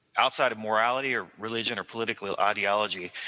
outside of morality or religion or politically, or ideology,